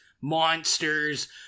monsters